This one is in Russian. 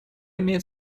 имеет